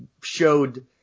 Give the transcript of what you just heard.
showed